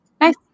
nice